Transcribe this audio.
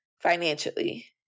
financially